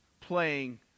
playing